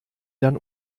dann